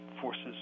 forces